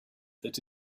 that